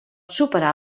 superar